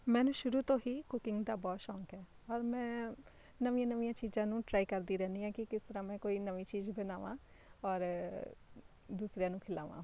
ਮੈਨੂੰ ਸ਼ੁਰੂ ਤੋਂ ਹੀ ਕੁਕਿੰਗ ਦਾ ਬਹੁਤ ਸ਼ੌਂਕ ਹੈ ਔਰ ਮੈਂ ਨਵੀਆਂ ਨਵੀਆਂ ਚੀਜ਼ਾਂ ਨੂੰ ਟਰਾਈ ਕਰਦੀ ਰਹਿੰਦੀ ਹਾਂ ਕਿ ਕਿਸ ਤਰ੍ਹਾਂ ਮੈਂ ਕੋਈ ਨਵੀਂ ਚੀਜ਼ ਬਣਾਵਾਂ ਔਰ ਦੂਸਰਿਆਂ ਨੂੰ ਖਿਲਾਵਾਂ